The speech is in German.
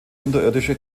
unterirdische